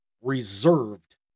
reserved